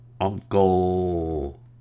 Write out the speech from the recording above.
uncle